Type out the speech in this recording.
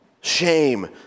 Shame